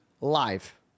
live